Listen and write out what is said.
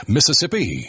Mississippi